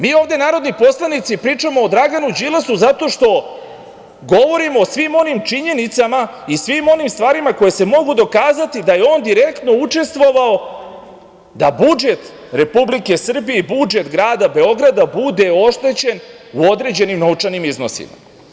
Mi narodni poslanici ovde pričamo o Draganu Đilasu zato što govorimo o svim onim činjenicama i svim onim stvarima koje se mogu dokazati da je on direktno učestvovao da budžet Republike Srbije i budžet grada Beograda bude oštećen u određenim novčanim iznosima.